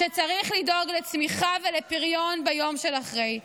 כשצריך לדאוג לצמיחה ולפריון ביום שאחרי.